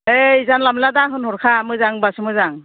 ओइ जानला मोनला दाहोन हरखा मोजांबासो मोजां